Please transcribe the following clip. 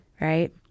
right